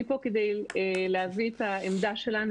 אני פה כדי להביא את העמדה שלנו,